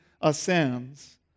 ascends